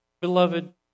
beloved